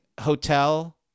hotel